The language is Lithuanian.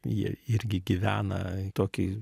jie irgi gyvena tokį